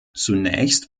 zunächst